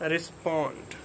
Respond